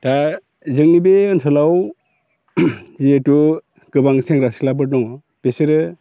दा जोंनि बे ओनसोलाव जिहेथु गोबां सेंग्रा सिख्लाफोर दङ बेसोरो